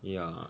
ya